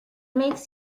makes